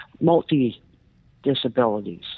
multi-disabilities